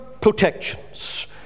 protections